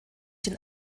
den